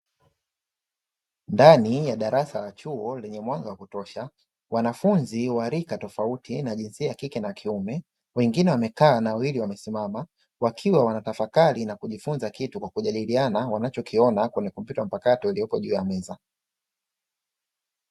Ndani ya darasa la chuo lenye mwanga wa kutosha, wanafunzi wa rika tofauti na jinsia ya kike na kiume. Wengine wamekaa na wawili wamesimama. Wakiwa wanatafakari na kujifunza kitu kwa kujadiliana wanachokiona kwenye kompyuta mpakato iliopo juu ya meza.